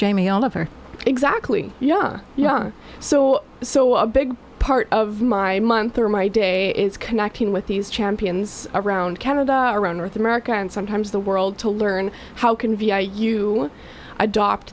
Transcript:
jamie oliver exactly yeah yeah so so a big part of my month or my day is connecting with these champions around canada around north america and sometimes the world to learn how can